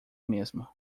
mesmo